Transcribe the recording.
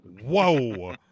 Whoa